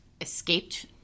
escaped